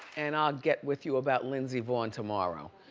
and i'll get with you about lindsey vonn tomorrow.